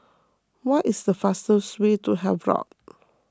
what is the fastest way to Havelock